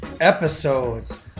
episodes